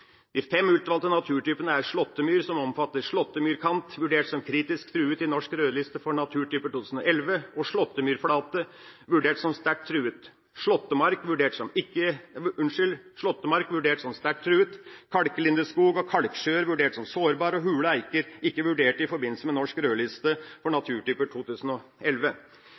De fem utvalgte naturtypene er slåttemyr, som omfatter slåttemyrkant, vurdert som kritisk truet i Norsk rødliste for naturtyper 2011, slåttemyrflate, vurdert som sterkt truet, slåttemark, vurdert som sterkt truet, kalklindeskog og kalksjøer, vurdert som sårbar og hule eiker, som ikke er vurdert i forbindelse med Norsk rødliste for naturtyper 2011.